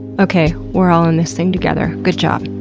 okay, we are all in this thing together, good job.